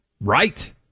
right